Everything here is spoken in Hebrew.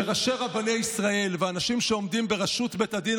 שראשי רבני ישראל והאנשים שעומדים בראשות בית הדין